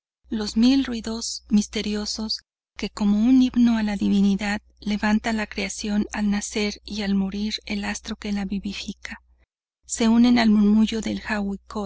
los mil ruidos misteriosos que como un himno a la divinidad levanta la creación al nacer y al morir el astro que la vivifica se unen al murmullo del